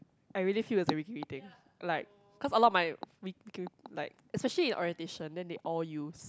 I really feel it's a Wee-Kim-Wee thing like cause a lot of my Wee Kim like especially in orientation then they all use